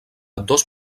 dos